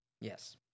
Yes